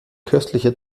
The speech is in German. köstliche